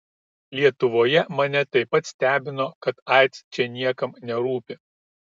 lietuvoje mane taip pat stebino kad aids čia niekam nerūpi